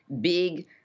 big